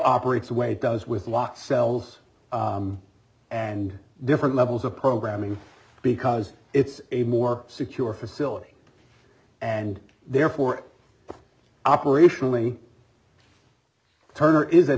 operates the way it does with law cells and different levels of programming because it's a more secure facility and therefore operationally turner is a